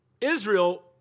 Israel